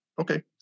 okay